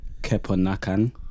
keponakan